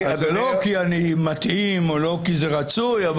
זה לא כי אני מתאים או לא כי זה רצוי אלא